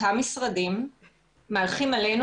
אותם משרדים מהלכים עלינו,